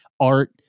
art